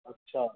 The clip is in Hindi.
अच्छा